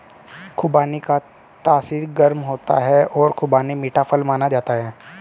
खुबानी का तासीर गर्म होता है और खुबानी मीठा फल माना जाता है